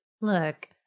Look